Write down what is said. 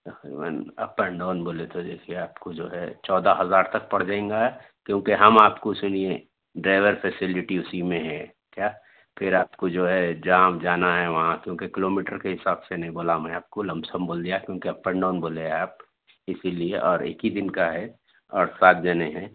تقریباً up and down بولے تھے دیکھئے آپ کو جو ہے چودہ ہزار تک پڑ جائیں گا کیونکہ ہم آپ کو اسی لیے ڈرائیور فیسیلٹی اسی میں ہے کیا پھر آپ کو جو ہے جہاں جانا ہے وہاں کیونکہ کلو میٹر کے حساب سے نہیں بولا میں آپ کو لم سم بول دیا کیونکہ اپ اینڈ ڈاؤن بولے آپ اسی لیے اور ایک ہی دن کا ہے اور سات جنے ہیں